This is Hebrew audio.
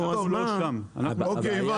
הבנו.